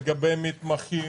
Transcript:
לגבי מתמחים,